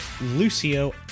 Lucio